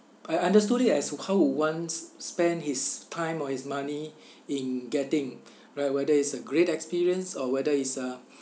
I understood it as how one s~ spend his time or his money in getting right whether it's a great experience or whether it's uh